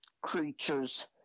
creatures